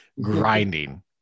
grinding